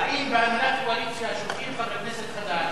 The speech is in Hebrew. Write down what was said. באים בהנהלת הקואליציה וקובעים פרמטר חדש,